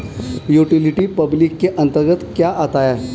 Utility public के अंतर्गत क्या आता है?